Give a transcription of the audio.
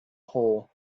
hole